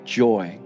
joy